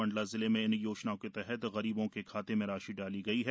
मंडला जिले में इन योजनाओं के तहत गरीबों के खाते में राशि डाली गई है